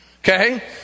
Okay